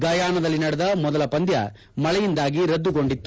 ಗಯಾನಾದಲ್ಲಿ ನಡೆದ ಮೊದಲ ಪಂದ್ಯ ಮಳೆಯಿಂದಾಗಿ ರದ್ದುಗೊಂಡಿತ್ತು